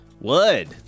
Wood